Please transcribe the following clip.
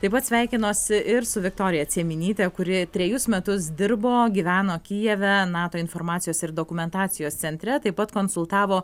taip pat sveikinuosi ir su viktorija cieminytė kuri trejus metus dirbo gyveno kijeve nato informacijos ir dokumentacijos centre taip pat konsultavo